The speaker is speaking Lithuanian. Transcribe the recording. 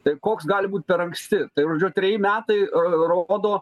tai koks gali būt per anksti tai žodžiu treji metai rodo